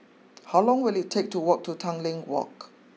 how long will it take to walk to Tanglin walk